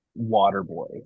Waterboy